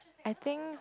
I think